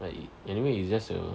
but it anyway it's just a